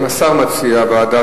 אם השר מציע ועדה,